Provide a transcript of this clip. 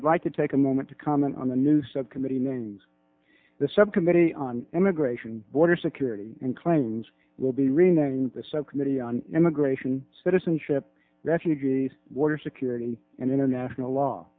would like to take a moment to comment on the new subcommittee mings the subcommittee on immigration border security and claims will be renamed the subcommittee on immigration citizenship refugees water security and international law